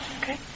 Okay